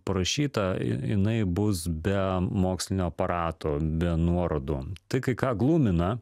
parašyta ji jinai bus be mokslinio aparato be nuorodų tai kai ką glumina